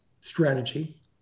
strategy